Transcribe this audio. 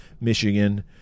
Michigan